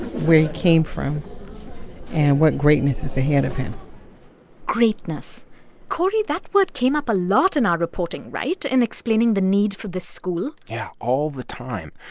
where he came from and what greatness is ahead of him greatness cory, that word came up a lot in our reporting right? in explaining the need for this school? yeah, all the time.